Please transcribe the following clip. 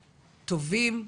טובים,